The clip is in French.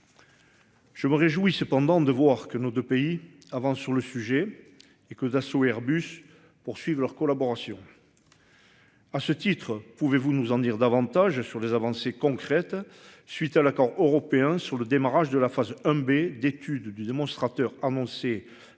Je me réjouis cependant de voir que nos deux pays avant sur le sujet et que Dassault Airbus poursuivent leur collaboration.-- À ce titre, pouvez-vous nous en dire davantage sur des avancées concrètes. Suite à l'accord européen sur le démarrage de la phase 1 B d'étude du démonstrateur annoncé